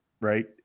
right